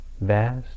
Vast